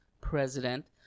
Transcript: president